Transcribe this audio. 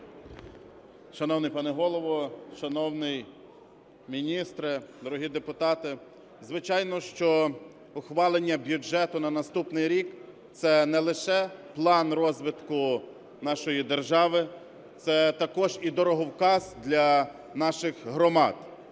Шановний пане Голово, шановний міністре, дорогі депутати! Звичайно, що ухвалення бюджету на наступний рік - це не лише план розвитку нашої держави, це також і дороговказ для наших громад.